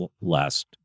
last